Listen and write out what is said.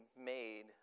made